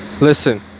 listen